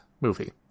movie